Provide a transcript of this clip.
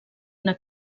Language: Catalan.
una